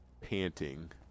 panting